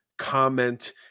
comment